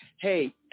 hey